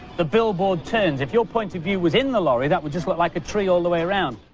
the billboard turns. if your point-of-view was in the lorry, that would just look like a tree all the way round.